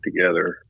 together